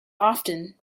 often